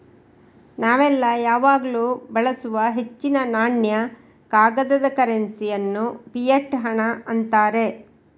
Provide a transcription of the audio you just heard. ನಾವೆಲ್ಲ ಯಾವಾಗ್ಲೂ ಬಳಸುವ ಹೆಚ್ಚಿನ ನಾಣ್ಯ, ಕಾಗದದ ಕರೆನ್ಸಿ ಅನ್ನು ಫಿಯಟ್ ಹಣ ಅಂತಾರೆ